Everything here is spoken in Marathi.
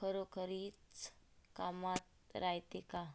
खरोखरीच कामाचं रायते का?